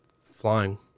flying